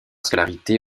scolarité